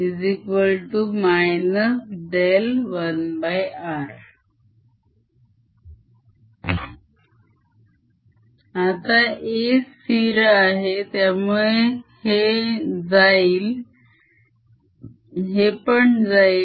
A AmBrr3 1r आता A स्थिर आहे त्यामुळे हे जाईल हे पण जाईल